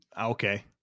Okay